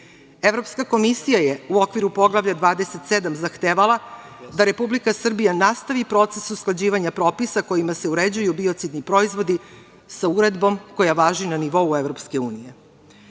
Evropska komisija je u okviru Poglavlja 27 zahtevala da Republika Srbija nastavi proces usklađivanja propisa kojima se uređuju biocidni proizvodi sa uredbom koja važi na nivou EU.Budući